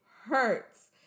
hurts